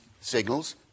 signals